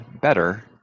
better